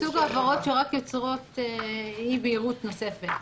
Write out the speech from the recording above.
אני חושבת שזה מסוג העבירות שרק יוצרות אי בהירות נוספת.